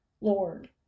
Lord